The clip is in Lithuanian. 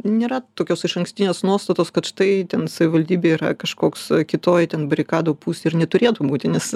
nėra tokios išankstinės nuostatos kad štai ten savivaldybė yra kažkoks kitoj ten barikadų pusėje ir neturėtų būti nes